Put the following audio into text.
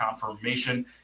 confirmation